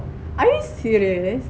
are you serious